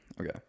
Okay